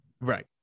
Right